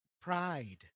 Pride